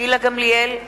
גילה גמליאל,